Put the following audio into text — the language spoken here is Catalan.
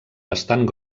bastant